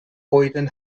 boyden